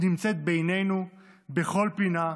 היא נמצאת בינינו בכל פינה,